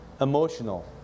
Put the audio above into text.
emotional